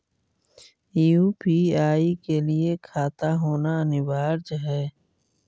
UPI के लिए खाता होना अनिवार्य है?